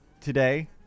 today